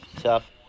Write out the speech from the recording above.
tough